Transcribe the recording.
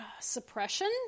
suppression